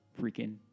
freaking